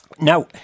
Now